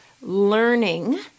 learning